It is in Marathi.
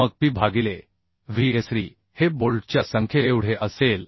मग P भागिले Vsd हे बोल्टच्या संख्येएवढे असेल